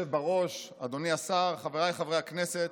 אדוני השר, חבריי חברי הכנסת,